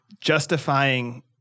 justifying